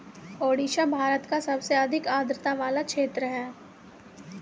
ओडिशा भारत का सबसे अधिक आद्रता वाला क्षेत्र है